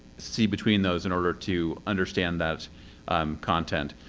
see between those in order to understand that um content.